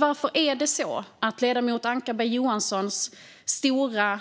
Varför går annars ledamoten Ankarberg Johanssons stora